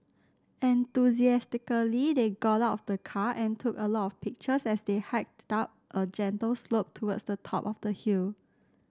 enthusiastically they got out of the car and took a lot of pictures as they hiked up a gentle slope towards the top of the hill